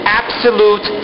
absolute